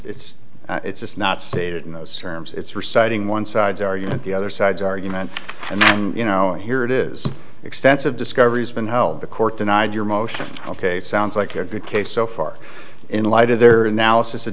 is it's it's not stated in those terms it's reciting one side's argument the other side's argument and you know here it is extensive discoveries been held the court denied your motion ok sounds like a good case so far in in light of their analysis